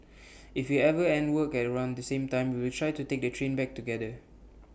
if we ever end work at around the same time we will try to take the train back together